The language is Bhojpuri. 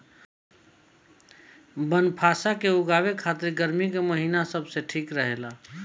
बनफशा के उगावे खातिर गर्मी के महिना सबसे ठीक रहेला